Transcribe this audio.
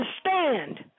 stand